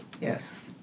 Yes